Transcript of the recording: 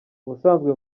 ubusanzwe